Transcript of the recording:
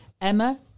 Emma